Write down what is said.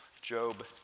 Job